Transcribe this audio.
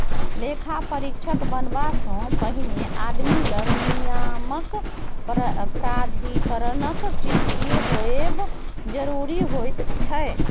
लेखा परीक्षक बनबासँ पहिने आदमी लग नियामक प्राधिकरणक चिट्ठी होएब जरूरी होइत छै